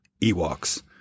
Ewoks